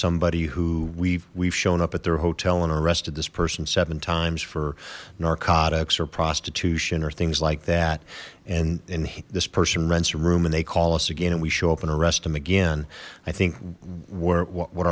somebody who we've we've shown up at their hotel and arrested this person seven times for narcotics or prostitution or things like that and and this person rents a room and they call us again and we show up and arrest them again i think what